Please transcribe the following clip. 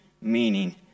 meaning